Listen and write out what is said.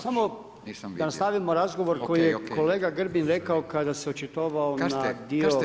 Samo da nastavimo razgovor koji je kolega Grbin rekao kada se očitovao na dio.